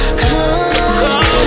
come